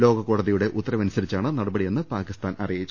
ലോക കോടതിയുടെ ഉത്തരവ നുസരിച്ചാണ് നടപടിയെന്ന് പാക്കിസ്ഥാൻ അറിയിച്ചു